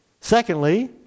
Secondly